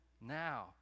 Now